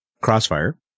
Crossfire